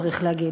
צריך להגיד.